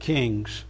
Kings